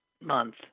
month